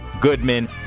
Goodman